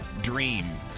dream